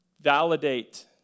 Validate